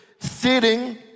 Sitting